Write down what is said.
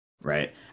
right